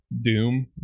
Doom